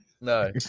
No